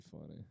funny